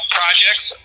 projects